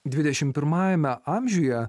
dvidešim pirmajame amžiuje